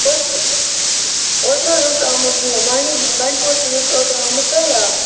اوترٕ اوترٕ حظ اوس آمُت یہِ بانڈی بنٛڈٕ پوٗرٕ چھُنہٕ حظ اوترٕ آمُت سہلاب